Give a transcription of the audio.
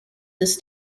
this